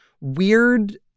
weird